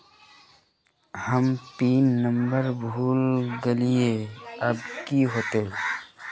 हम pin number भूल गलिऐ अब की होते?